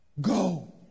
Go